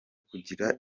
kugira